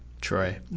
Troy